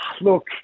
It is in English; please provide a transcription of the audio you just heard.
Look